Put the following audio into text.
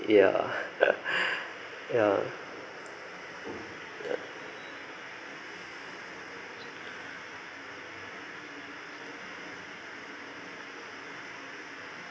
ya ya uh